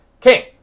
King